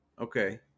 Okay